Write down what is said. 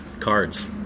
cards